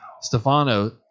Stefano